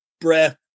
breath